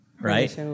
right